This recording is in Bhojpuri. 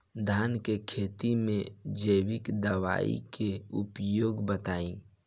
धान के खेती में जैविक दवाई के उपयोग बताइए?